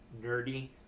nerdy